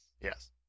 Yes